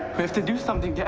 have to do something. yeah